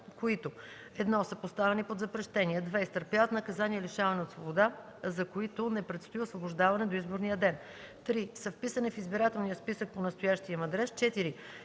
които: 1. са поставени под запрещение; 2. изтърпяват наказание лишаване от свобода, за които не предстои освобождаване до изборния ден; 3. са вписани в избирателния списък по настоящия им адрес; 4.